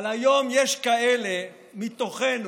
אבל היום יש כאלו מתוכנו,